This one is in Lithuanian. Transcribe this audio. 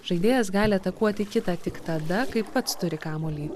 žaidėjas gali atakuoti kitą tik tada kai pats turi kamuolį